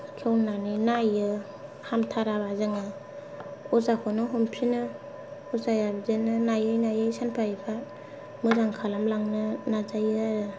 खेवनानै नायो हामथाराबा जोङो अजाखौनो हमफिनो अजाया बिदिनो नायै नायै सानफा एफा मोजां खालामलांनो नाजायो आरो